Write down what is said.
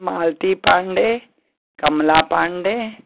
Malti Pandey Kamla Pandey